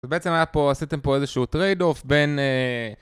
זה בעצם היה פה, עשיתם פה איזה שהוא טרייד אוף בין...